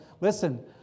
Listen